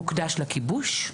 הוקדש לכיבוד,